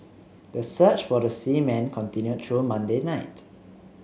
the search for the seamen continued through Monday night